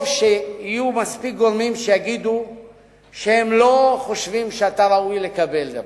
טוב שיהיו מספיק גורמים שיגידו שהם לא חושבים שאתה ראוי לקבל דבר,